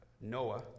Noah